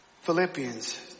Philippians